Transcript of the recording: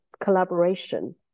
collaboration